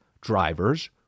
drivers